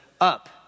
Up